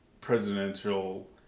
presidential